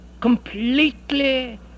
completely